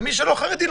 ומי שלא חרדי,